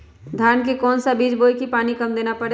धान का कौन सा बीज बोय की पानी कम देना परे?